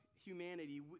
Humanity